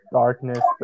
darkness